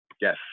yes